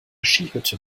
skihütte